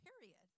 period